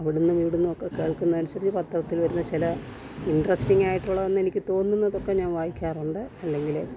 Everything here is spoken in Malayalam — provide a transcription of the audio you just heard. അവിടുന്നും ഇവിടുന്നും ഒക്കെ കേൾക്കുന്നത് അനുസരിച്ച് പത്രത്തിൽ വരുന്ന ചില ഇൻട്രസ്റ്റിങ്ങ് ആയിട്ടുള്ളത് എന്ന് എനിക്ക് തോന്നുന്നതൊക്കെ ഞാൻ വായിക്കാറുണ്ട് അല്ലെങ്കിൽ